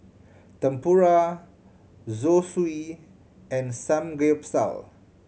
Tempura Zosui and Samgeyopsal